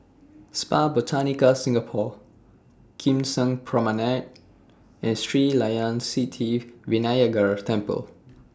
Spa Botanica Singapore Kim Seng Promenade and Sri Layan Sithi Vinayagar Temple